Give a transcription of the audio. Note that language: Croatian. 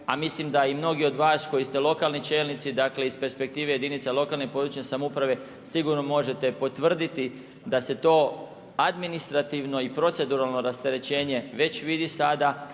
a mislim da i mnogi od vas koji ste lokalni čelnici, dakle iz perspektive jedinica lokalne i područne samouprave, sigurno možete potvrditi da se to administrativno i proceduralno rasterećenje već vidi sada,